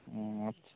ও আচ্ছা